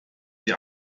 die